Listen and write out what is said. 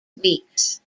weeks